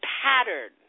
pattern